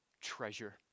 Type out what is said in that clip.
treasure